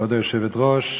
כבוד היושבת-ראש,